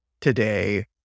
today